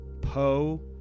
Poe